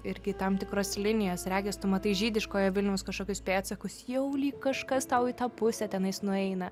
irgi tam tikras linijas regis tu matai žydiškojo vilniaus kažkokius pėdsakus jau lyg kažkas tau į tą pusę tenais nueina